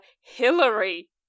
hillary